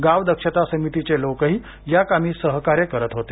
गाव दक्षता समितीचे लोकही याकामी सहकार्य करत होते